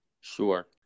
Sure